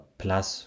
plus